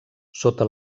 sota